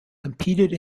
competed